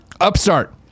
Upstart